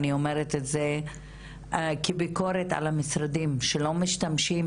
אני אומרת את זה כביקורת על המשרדים שלא משתמשים